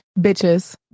bitches